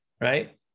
right